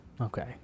Okay